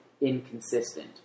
inconsistent